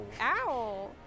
Ow